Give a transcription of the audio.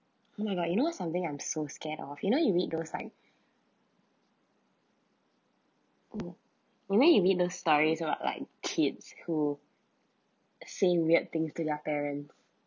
oh my god you know something I'm so scared of you know you read those like mm you mean you read those stories about like kids who say weird things to their parents